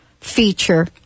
feature